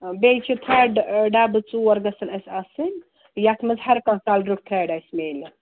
بیٚیہِ چھِ تھرٛٮ۪ڈ ڈَبہٕ ژور گژھن اَسہِ آسٕنۍ یَتھ منٛز ہر کُنہِ کَلرُک تھرٛٮ۪ڈ اَسہِ میلہِ